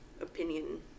opinion